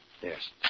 Yes